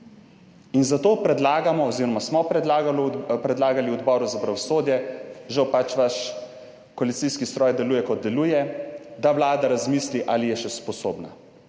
In zato predlagamo oziroma smo predlagali Odboru za pravosodje - žal, pač vaš koalicijski stroj deluje, kot deluje -, da Vlada razmisli, ali je še sposobna.